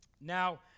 Now